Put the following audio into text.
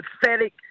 pathetic